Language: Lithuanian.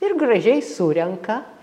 ir gražiai surenka